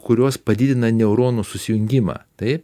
kurios padidina neuronų susijungimą taip